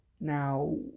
Now